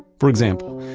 for example,